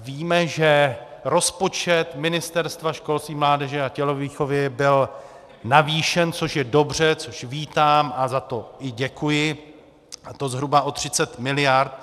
Víme, že rozpočet Ministerstva školství, mládeže a tělovýchovy byl navýšen, což je dobře, což vítám, a za to i děkuji, a to zhruba o 30 miliard.